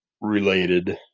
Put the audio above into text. related